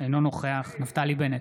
אינו נוכח נפתלי בנט,